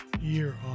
year